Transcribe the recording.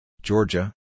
Georgia